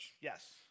Yes